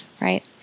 right